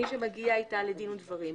מי שמגיע איתה לדין ודברים.